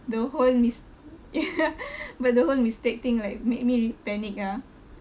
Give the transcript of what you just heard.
the whole mis~ yeah but the whole mistake thing like make me really panic ah